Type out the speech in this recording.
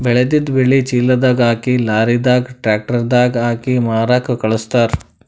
ಬೆಳೆದಿದ್ದ್ ಬೆಳಿ ಚೀಲದಾಗ್ ಹಾಕಿ ಲಾರಿದಾಗ್ ಟ್ರ್ಯಾಕ್ಟರ್ ದಾಗ್ ಹಾಕಿ ಮಾರಕ್ಕ್ ಖಳಸ್ತಾರ್